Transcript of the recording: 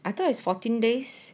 I thought is fourteen days